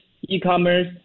e-commerce